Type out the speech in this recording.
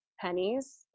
pennies